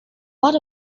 what